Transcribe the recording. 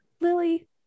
lily